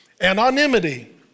anonymity